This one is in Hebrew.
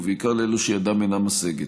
ובעיקר לאלה שידם אינה משגת.